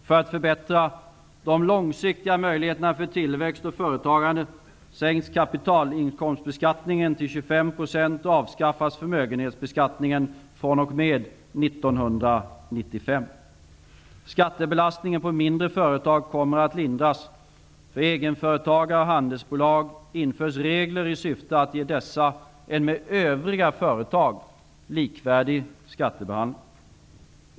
För att förbättra de långsiktiga möjligheterna för tillväxt och företagande sänks kapitalinkomstbeskattningen till 25 % och avskaffas förmögenhetsbeskattningen fr.o.m. 1995. Skattebelastningen på mindre företag kommer att lindras. För egenföretagare och handelsbolag införs regler i syfte att ge dessa en med övriga företag likvärdig skattebehandling.